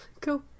Cool